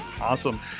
Awesome